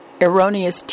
erroneous